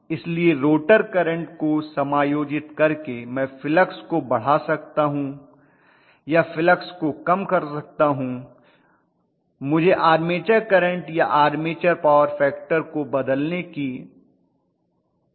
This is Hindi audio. इसलिए रोटर करंट को समायोजित करके मैं फ्लक्स को बढ़ा सकता हूं या फ्लक्स को कम कर सकता हूं मुझे आर्मेचर करंट या आर्मेचर पावर फैक्टर को बदलने की ज़रूरत नहीं है